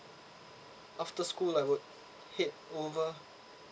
after school I would head over